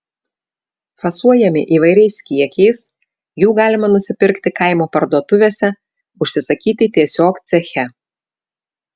fasuojami įvairiais kiekiais jų galima nusipirkti kaimo parduotuvėse užsisakyti tiesiog ceche